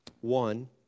One